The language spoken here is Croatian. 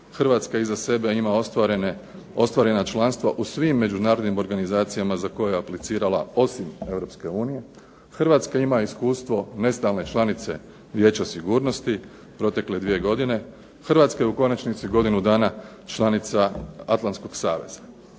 Hrvatska iza sebe ima ostvarena članstva u svim međunarodnim organizacijama za koja je aplicirala osim Europske unije. Hrvatska ima iskustvo nestalne članice Vijeća sigurnosti protekle dvije godine. Hrvatska je u konačnici godinu dana članica Atlantskog saveza.